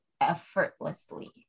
Effortlessly